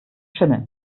schimmeln